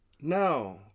No